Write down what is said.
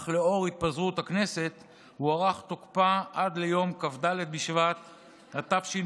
אך לאור התפזרות הכנסת הוארך תוקפה עד ליום כ"ד בשבט התשפ"ג,